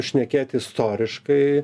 šnekėt istoriškai